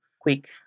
quick